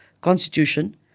constitution